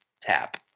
tap